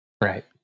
Right